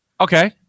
Okay